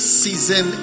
season